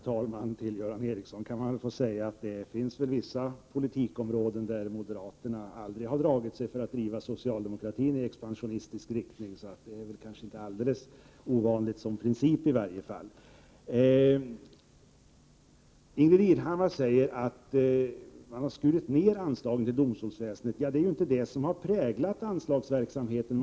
Herr talman! Det finns vissa politiska områden, Göran Ericsson, där moderaterna aldrig har dragit sig för att driva socialdemokratin i expansionistisk riktning, så det här förfarandet är principiellt inte helt ovanligt. Ingbritt Irhammar säger att anslagen till domstolsväsendet har skurits ned. Ja, men det har inte präglat anslagsverksamheten.